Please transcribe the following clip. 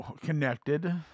Connected